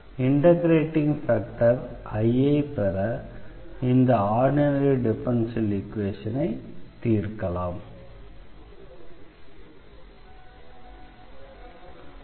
integrating factor I ஐ பெற இந்த ஆர்டினரி டிஃபரன்ஷியல் ஈக்வேஷனை தீர்க்கலாம்